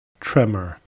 Tremor